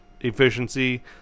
efficiency